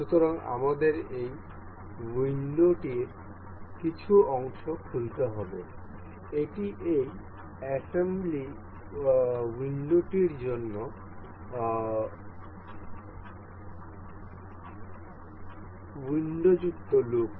সুতরাং আমাদের এই উইন্ডোটির কিছু অংশ খুলতে হবে এটি এই অ্যাসেম্বলি উইন্ডোটির জন্য উইন্ডোযুক্ত লুক